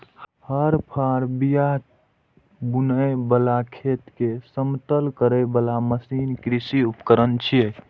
हर, फाड़, बिया बुनै बला, खेत कें समतल करै बला मशीन कृषि उपकरण छियै